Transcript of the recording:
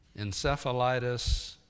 encephalitis